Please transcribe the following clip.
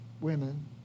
women